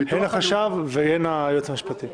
הן החשב והן היועצת המשפטית.